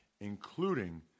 including